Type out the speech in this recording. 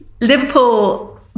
Liverpool